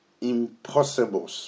impossible